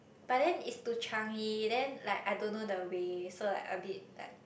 but then it's to Changi then like I don't know the way so like a bit like